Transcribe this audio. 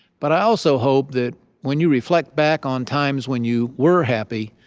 but i also hope that when you reflect back on times when you were happy,